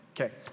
okay